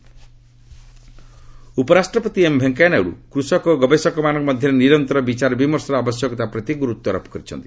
vice president ଉପରାଷ୍ଟ୍ର M Venkaiah Naidu କୃଷକ ଓ ଗବେଷକମାନଙ୍କ ମଧ୍ୟରେ ନିରନ୍ତର ବିଚାର ବିମର୍ଷର ଆବଶ୍ୟକତା ପ୍ରତି ଗୁରୁତ୍ୱାରୋପ କରିଛନ୍ତି